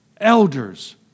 elders